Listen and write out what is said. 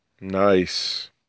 Nice